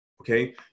Okay